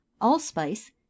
Allspice